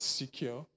secure